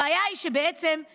הבעיה היא לא המעבר,